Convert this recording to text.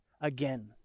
again